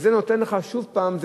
וזה נותן לך שוב פעם,